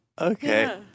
Okay